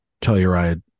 telluride